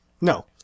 No